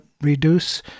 reduce